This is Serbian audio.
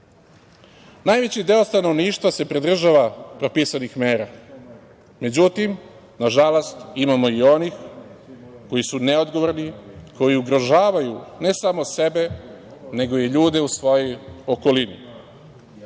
Najveći deo stanovništva se pridržava propisanih mera. Međutim, nažalost, imamo i onih koji su neodgovorni, koji ugrožavaju ne samo sebe, nego i ljude u svojoj okolini. Država